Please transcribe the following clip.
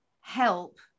help